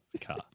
car